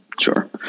Sure